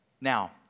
Now